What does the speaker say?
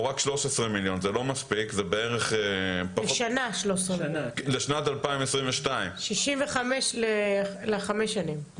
הוא רק 13 מיליון לשנת 2022. 65 מיליון לחמש שנים.